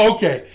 Okay